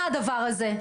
והדבר הזה הוא רעה חולה.